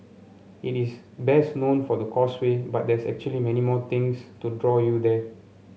it is best known for the Causeway but there's actually many more things to draw you there